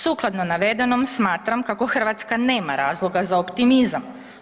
Sukladno navedenom smatram kako Hrvatska nema razloga za optimizam.